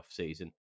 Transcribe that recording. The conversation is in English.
offseason